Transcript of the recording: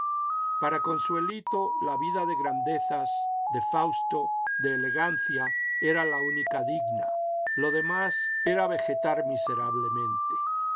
para consuelito la vida de grandezas de fausto de elegancia era la única digna lo demás era vegetar miserablemente